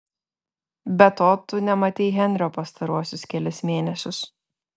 be to tu nematei henrio pastaruosius kelis mėnesius